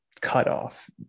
cutoff